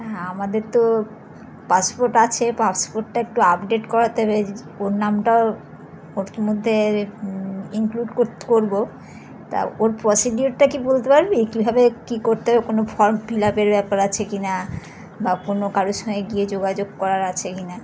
হ্যাঁ আমাদের তো পাসপোর্ট আছে পাসপোর্টটা একটু আপডেট করাতে হয়েছে ওর নামটাও ওর মধ্যে ইনক্লুড করত করব তা ওর প্রসিডিওরটা কী বলতে পারবি কীভাবে কী করতে হবে কোনো ফর্ম ফিল আপের ব্যাপার আছে কি না বা কোনো কারো সঙ্গে গিয়ে যোগাযোগ করার আছে কি না